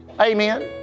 Amen